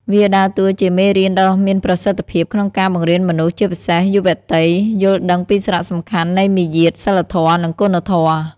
វាដើរតួជាមេរៀនដ៏មានប្រសិទ្ធភាពក្នុងការបង្រៀនមនុស្ស ជាពិសេសយុវតី យល់ដឹងពីសារៈសំខាន់នៃមារយាទ សីលធម៌ និងគុណធម៌។